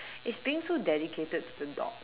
is being so dedicated to the dog